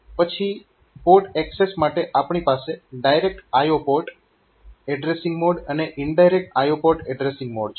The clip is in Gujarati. પછી પોર્ટ એક્સેસ માટે આપણી પાસે direct IO port addressing mode અને indirect IO port addressing mode છે